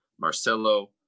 Marcelo